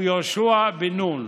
הוא יהושע בן נון.